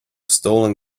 stolen